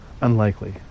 unlikely